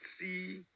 see